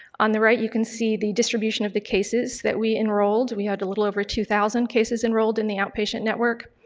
on the right you can see the distribution of the cases that we enrolled. we had a little over two thousand cases enrolled in the outpatient network,